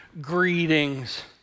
greetings